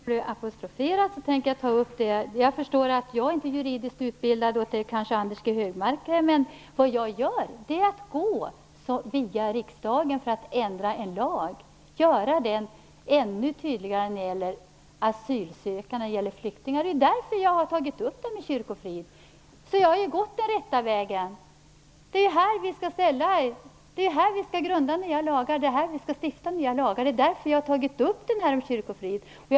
Herr talman! Eftersom jag har blivit apostroferad tänker jag bemöta detta. Jag är inte juridiskt utbildad, men det kanske Anders G Högmark är. Men vad jag gör är att via riksdagen försöka ändra en lag, att göra lagen ännu tydligare när det gäller asylsökande och flyktingar. Det är därför som jag har tagit upp frågan om kyrkofrid. Jag har alltså gått den rätta vägen. Det är här som vi skall stifta nya lagar. Det är därför som jag har tagit upp frågan om kyrkofrid.